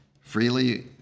Freely